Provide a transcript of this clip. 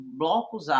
blocos